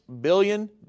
billion